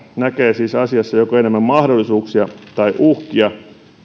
näkee siis asiassa enemmän joko mahdollisuuksia tai uhkia